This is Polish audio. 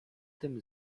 tym